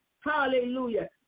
Hallelujah